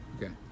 Okay